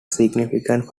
significant